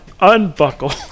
Unbuckle